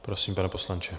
Prosím, pane poslanče.